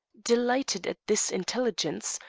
delighted at this intelligence,